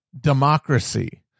democracy